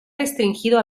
restringido